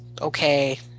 okay